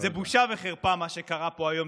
זו בושה וחרפה, מה שקרה פה היום.